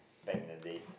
back in the days